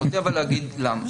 אבל אני רוצה להגיד למה.